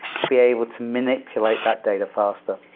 to be able to manipulate that data faster